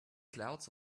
clouds